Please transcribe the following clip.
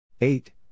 eight